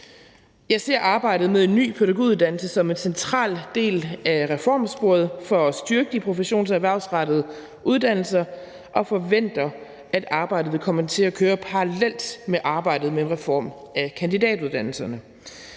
Jeg ser arbejdet med en ny pædagoguddannelse som en central del af reformsporet for at styrke de professions- og erhvervsrettede uddannelser og forventer, at arbejdet vil komme til at køre parallelt med arbejdet med en reform af kandidatuddannelserne.